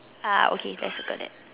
ah okay let's circle that